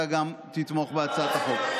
אתה גם תתמוך בהצעת החוק.